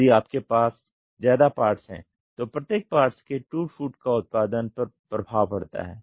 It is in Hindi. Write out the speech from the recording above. यदि आपके पास ज्यादा पार्ट्स हैं तो प्रत्येक पार्ट्स के टूट फूट का उत्पादन पर प्रभाव पड़ता है